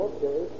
Okay